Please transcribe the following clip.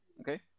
okay